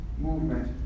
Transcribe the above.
movement